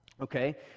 Okay